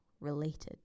related